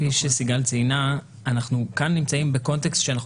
שסיגל ציינה אנחנו כאן נמצאים בקונטקסט שאנחנו